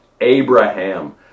Abraham